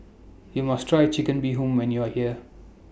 YOU must Try Chicken Bee Hoon when YOU Are here